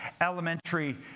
elementary